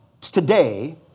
today